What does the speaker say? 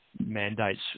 mandates